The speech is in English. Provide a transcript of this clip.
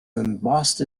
embossed